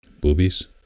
Boobies